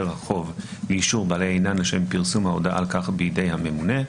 החוב לאישור בעלי העניין לשם פרסום הודעה על כך בידי הממונה.